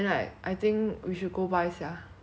buying stuff and getting stuff free